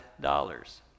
dollars